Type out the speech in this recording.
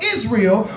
Israel